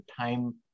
time